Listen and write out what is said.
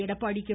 Edappadi K